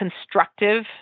constructive